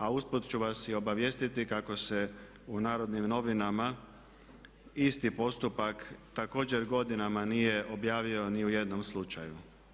A usput ću vas i obavijestiti kako se u narodnim novinama isti postupak također godinama nije objavio ni u jednom slučaju.